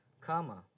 karma